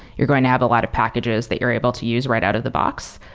you're going to have a lot of packages that you're able to use right out of the box.